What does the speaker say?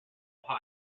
ohio